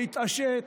להתעשת,